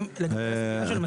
האפשרות.